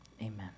Amen